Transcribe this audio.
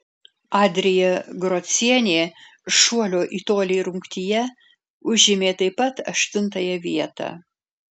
adrija grocienė šuolio į tolį rungtyje užėmė taip pat aštuntąją vietą